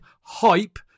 hype